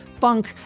funk